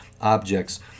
objects